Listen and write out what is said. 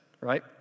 right